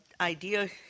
idea